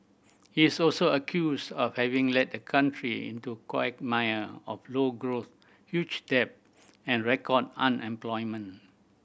he is also accused of having led the country into quagmire of low growth huge debt and record unemployment